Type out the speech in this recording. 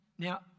Now